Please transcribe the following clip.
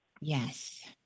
Yes